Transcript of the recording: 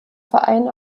verein